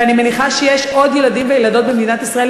ואני מניחה שיש עוד ילדים וילדות במדינת ישראל,